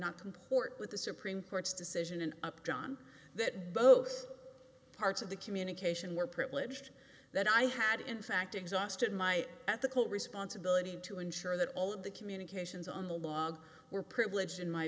not comport with the supreme court's decision an up john that both parts of the communication were privileged that i had in fact exhausted my ethical responsibility to ensure that all of the communications on the log were privileged in my